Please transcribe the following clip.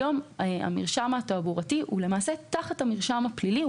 המרשם התעבורתי הוא למעשה תחת המרשם הפלילי.